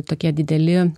tokie dideli